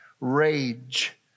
rage